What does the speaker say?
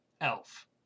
elf